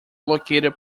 located